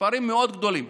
מספרים מאוד גדולים.